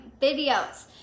videos